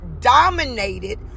dominated